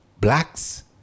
Blacks